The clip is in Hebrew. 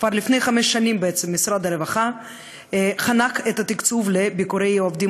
כבר לפני חמש שנים משרד הרווחה חנק את התקצוב של ביקורי העובדים